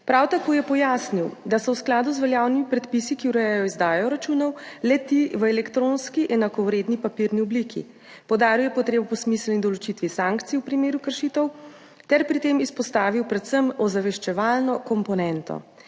Prav tako je pojasnil, da so v skladu z veljavnimi predpisi, ki urejajo izdajo računov, le-ti v elektronski enakovredni papirni obliki. Poudaril je potrebo po smiselni določitvi sankcij v primeru kršitev ter pri tem izpostavil predvsem ozaveščevalno komponento.